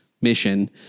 mission